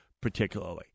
particularly